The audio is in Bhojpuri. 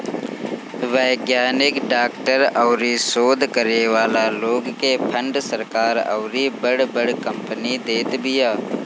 वैज्ञानिक, डॉक्टर अउरी शोध करे वाला लोग के फंड सरकार अउरी बड़ बड़ कंपनी देत बिया